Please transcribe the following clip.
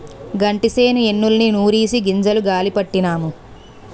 గంటిసేను ఎన్నుల్ని నూరిసి గింజలు గాలీ పట్టినాము